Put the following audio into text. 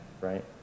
right